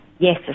Yes